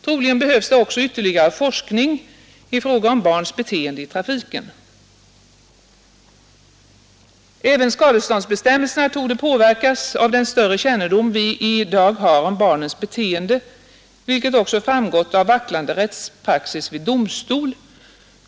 Troligen behövs det också ytterligare forskning i fråga om barns beteende i trafiken. Även skadeståndsbestämmelserna torde påverkas av den större kännedom vi i dag har om barnens beteende, vilket också framgått av vacklande rättspraxis vid domstol.